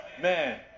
Man